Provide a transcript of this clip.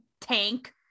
tank